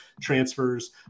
transfers